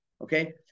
Okay